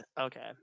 okay